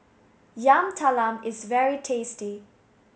Yam Talam is very tasty